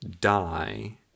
die